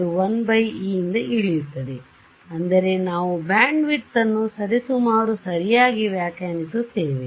ಇದು 1 e ಯಿಂದ ಇಳಿಯುತ್ತದೆ ಅಂದರೆ ನಾವು ಬ್ಯಾಂಡ್ವಿಡ್ತ್ ಅನ್ನು ಸರಿಸುಮಾರು ಸರಿಯಾಗಿ ವ್ಯಾಖ್ಯಾನಿಸುತ್ತೇವೆ